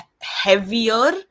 heavier